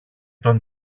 τον